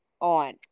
on